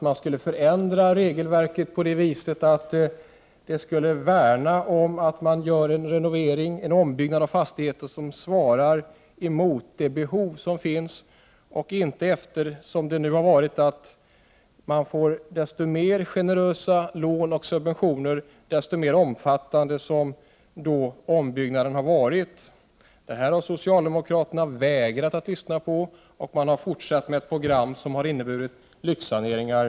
Man skulle förändra regelverket på så sätt att det skulle värna om ett genomförande av en renovering och ombyggnad av fastigheten som svarar mot det behov som finns. Det skall inte vara så, som nu varit fallet, att ju mer omfattande ombyggnaden varit, desto fler generösa lån och subventioner får man. Socialdemokraterna har vägrat att lyssna på detta. Man har fortsatt med ett program som innebär lyxsaneringar.